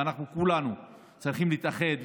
ואנחנו כולנו צריכים להתאחד,